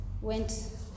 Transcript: went